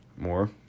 more